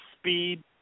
speed